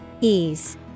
Ease